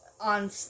on